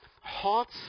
hot